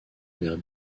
vers